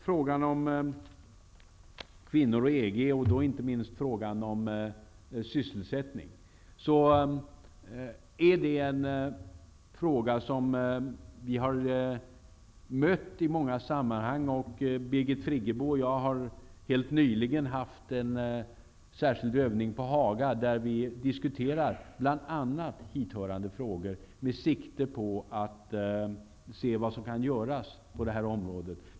Frågan om kvinnorna och EG och då särskilt sysselsättningen har vi mött i många sammanhang. Birgit Friggebo och jag har nyligen på Haga diskuterat bl.a. dessa frågor med sikte på att se vad som kan göras på det här området.